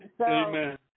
Amen